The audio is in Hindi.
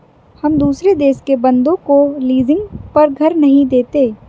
हम दुसरे देश के बन्दों को लीजिंग पर घर नहीं देते